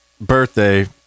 birthday